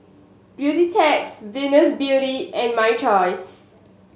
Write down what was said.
Beautex Venus Beauty and My Choice